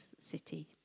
city